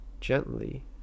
gently